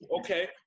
Okay